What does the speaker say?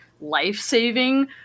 life-saving